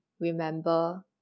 remember